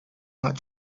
not